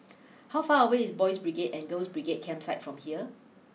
how far away is Boys' Brigade and Girls' Brigade Campsite from here